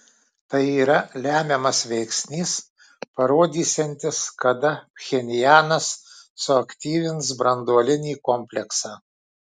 tai yra lemiamas veiksnys parodysiantis kada pchenjanas suaktyvins branduolinį kompleksą